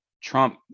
trump